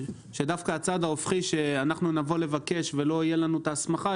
שדווקא אם אנחנו נבוא לבקש ולא תהיה לנו הסמכה,